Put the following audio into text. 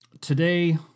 today